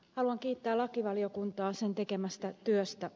haluan kiittää lakivaliokuntaa sen tekemästä työstä